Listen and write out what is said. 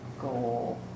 goal